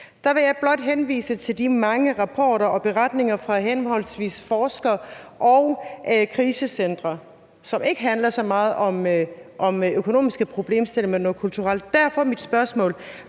Der vil jeg blot henvise til de mange rapporter og beretninger fra henholdsvis forskere og krisecentre, som ikke handler så meget om økonomiske problemstillinger, men noget kulturelt. Derfor er mit spørgsmål: